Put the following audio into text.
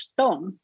Stone